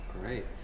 great